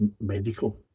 medical